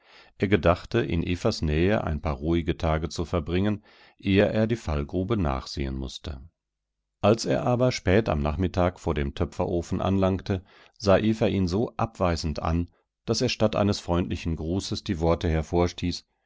er gedachte in evas nähe ein paar ruhige tage zu verbringen ehe er die fallgrube nachsehen mußte als er aber spät am nachmittag vor dem töpferofen anlangte sah eva ihn so abweisend an daß er statt eines freundlichen grußes die worte